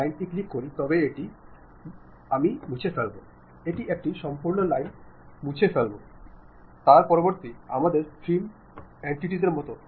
നിങ്ങൾ ഒരു ഓർഗനൈസേഷനിൽ പ്രവർത്തിക്കുമ്പോൾ കത്ത് മുഖേന ലഘുലേഖകൾ ഇന്റർനെറ്റ് കമ്പനി വെബ്സൈറ്റ് എന്നിവയിലൂടെ വിവരങ്ങൾ ഒഴുകുന്നതായി നിങ്ങൾ കണ്ടെത്തും